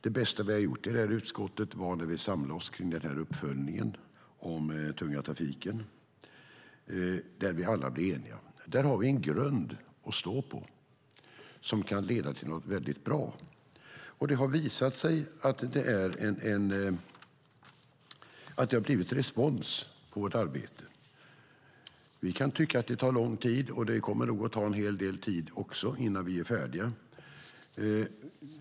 Det bästa vi har gjort i utskottet är att samla oss kring uppföljningen av den tunga trafiken där vi alla är eniga. Där har vi en grund att stå på som kan leda till något väldigt bra. Det har visat sig att det har blivit bra respons på vårt arbete. Vi kan tycka att det tar lång tid, och det kommer att ta en hel del tid innan vi är färdiga.